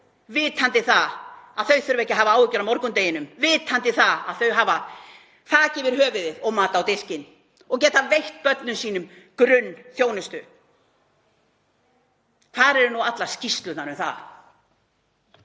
vitandi að þau þurfa ekki að hafa áhyggjur af morgundeginum, vitandi að þau hafa þak yfir höfuðið og mat á diskinn og geta veitt börnum sínum grunnþjónustu? Hvar eru nú allar skýrslurnar um það?